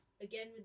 Again